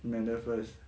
matter first